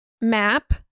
map